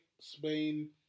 Spain